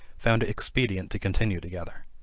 found it expedient to continue together.